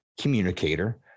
communicator